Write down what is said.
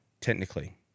Technically